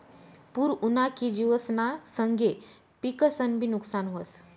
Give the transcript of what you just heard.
पूर उना की जिवसना संगे पिकंसनंबी नुकसान व्हस